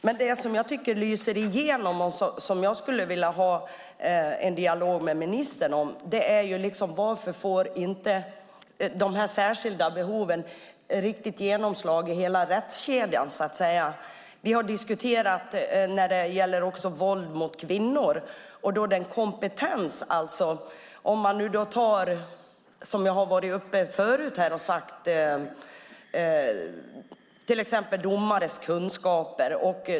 Men det som jag skulle vilja ha en dialog med ministern om är varför de särskilda behoven inte får riktigt genomslag i hela rättskedjan. Vi har också diskuterat frågan om våld mot kvinnor och domares kompetens.